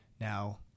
Now